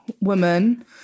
woman